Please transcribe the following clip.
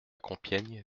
compiègne